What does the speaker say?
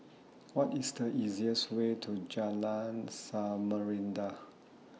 What IS The easiest Way to Jalan Samarinda